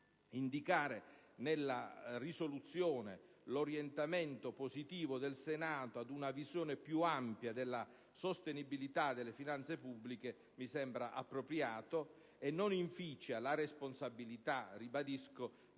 indicare nella risoluzione l'orientamento positivo del Senato ad una visione più ampia della sostenibilità delle finanze pubbliche mi sembra appropriato e non inficia la responsabilità di